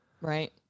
Right